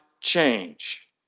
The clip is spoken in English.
change